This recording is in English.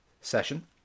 session